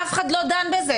אף אחד לא דן בזה.